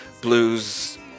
Blues